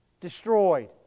Destroyed